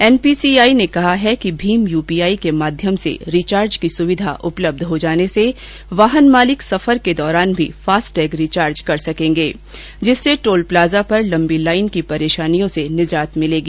N P C I ने कहा है कि भीम यूपीआई के माध्यम से रिचार्ज की सुविधा उपलब्ध हो जाने से वाहन मालिक सफर के दौरान भी फास्टैग रिचार्ज कर सकेंगे जिसर्से टोल प्लाजा पर लंबी लाइन की परेशानियों से निजात मिलेगी